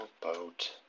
boat